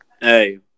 Hey